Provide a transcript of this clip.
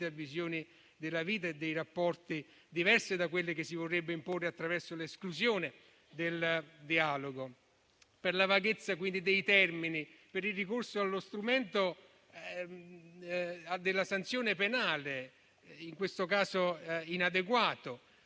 a visioni della vita e dei rapporti diverse da quelle che si vorrebbe imporre attraverso l'esclusione del dialogo. Pertanto, per la vaghezza dei termini e per il ricorso allo strumento della sanzione penale, in questo caso inadeguato,